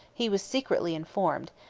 he was secretly informed,